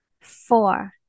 Four